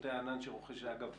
שירותי הענן שרוכשת אגב,